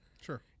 Sure